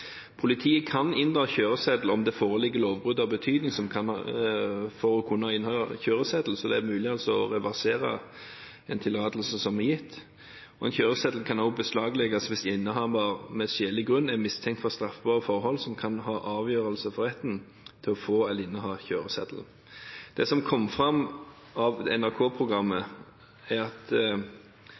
Politiet kan inndra kjøreseddelen om det foreligger lovbrudd av betydning for å kunne inneha kjøreseddel, så det er mulig å reversere en tillatelse som er gitt. En kjøreseddel kan også beslaglegges hvis innehaver av skjellig grunn er mistenkt for straffbare forhold som kan være avgjørende for retten til å få eller inneha kjøreseddel. Det som kom fram av NRK-programmet, er at